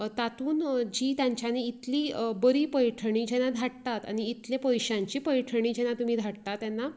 तातून जी तांच्यांनी इतली बरी पैठणी जे धाडटात आनी इतले पैशांची पैठणी जेन्ना तुमी धाडटा तेन्ना